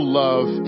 love